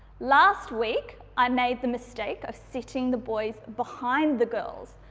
last week i made the mistake of sitting the boys behind the girls,